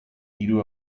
hiru